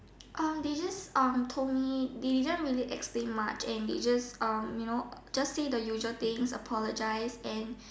uh they just um told me they didn't really explain much and they just um you know just say the usual things apologize and